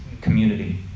community